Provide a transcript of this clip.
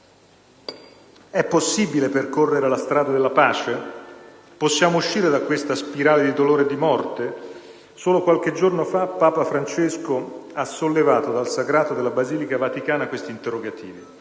È possibile percorrere la strada della pace? Possiamo uscire da questa spirale di dolore e morte? Solo qualche giorno fa, Papa Francesco ha sollevato dal sagrato della Basilica vaticana questi interrogativi,